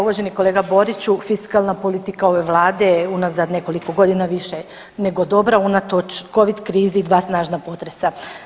Uvaženi kolega Boriću, fiskalna politika ove Vlade je unazad nekoliko godina više nego dobra unatoč covid krizi, dva snažna potresa.